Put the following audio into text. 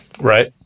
Right